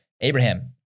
Abraham